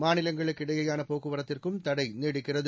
மாநிலங்களுக்கிடையேயான போக்குவரத்திற்கும் தடை நீடிக்கிறது